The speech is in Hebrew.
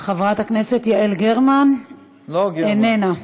חברת הכנסת יעל גרמן, לא גרמן.